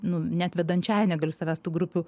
nu net vedančiąja negaliu savęs tų grupių